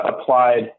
applied